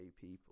people